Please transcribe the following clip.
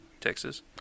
Texas